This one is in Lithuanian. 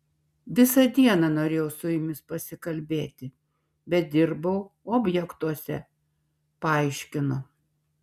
visą dieną norėjau su jumis pasikalbėti bet dirbau objektuose paaiškino